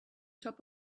top